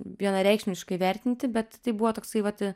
vienareikšmiškai vertinti bet tai buvo toksai vat